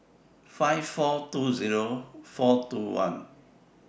five million four hundred and twenty thousand four hundred and twenty one